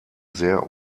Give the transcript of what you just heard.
sehr